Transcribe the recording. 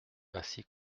ainsi